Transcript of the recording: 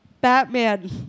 Batman